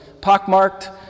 pockmarked